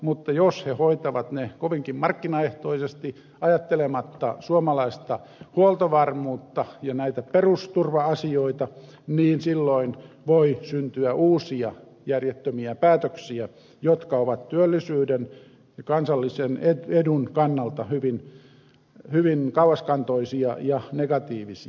mutta jos he hoitavat ne kovinkin markkinaehtoisesti ajattelematta suomalaista huoltovarmuutta ja näitä perusturva asioita niin silloin voi syntyä uusia järjettömiä päätöksiä jotka ovat työllisyyden ja kansallisen edun kannalta hyvin kauaskantoisia ja negatiivisia